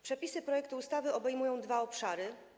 Przepisy projektu ustawy obejmują dwa obszary.